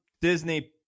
disney